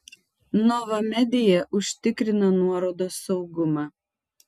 nova media užtikrina nuorodos saugumą